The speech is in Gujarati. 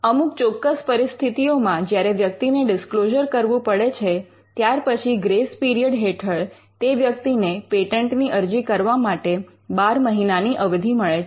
અમુક ચોક્કસ પરિસ્થિતિઓમાં જ્યારે વ્યક્તિને ડિસ્ક્લોઝર કરવું પડે છે ત્યાર પછી ગ્રેસ પિરિયડ હેઠળ તે વ્યક્તિને પેટન્ટની અરજી કરવા માટે 12 મહિનાની અવધિ મળે છે